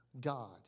God